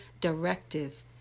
directive